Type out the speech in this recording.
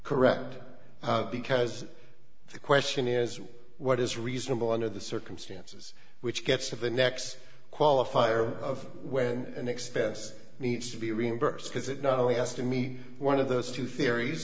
correct because the question is what is reasonable under the circumstances which gets to the next qualifier of when an expense needs to be reimbursed because it not only has to meet one of those two theories